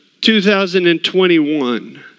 2021